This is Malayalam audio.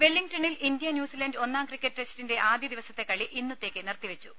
വെല്ലിങ്ടണിൽ ഇന്ത്യ ന്യൂസിലാന്റ് ഒന്നാം ക്രിക്കറ്റ് ടെസ്റ്റിന്റെ ആദ്യ ദിവസത്തെ കളി ഇന്നത്തേക്ക് നിർ ത്തിവെച്ചു